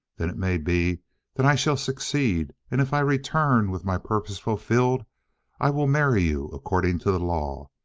then it may be that i shall succeed, and if i return with my purpose fulfilled i will marry you according to the law,